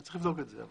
צריך לבדוק את זה.